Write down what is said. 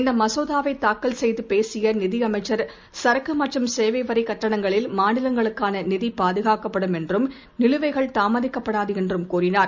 இந்தமசோதாவைத் தாக்கல் செய்தபேசியநிதியமைச்சர் சரக்குமற்றும் சேவைவரிகட்டணங்களில் மாநிலங்களுக்கானநிதிப் பாதுகாக்கப்படும் என்றும் நிலுவைகள் தாமதிக்கப்படாதுஎன்றும் கூறினார்